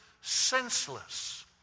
senseless